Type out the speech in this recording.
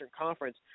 Conference